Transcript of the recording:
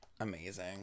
amazing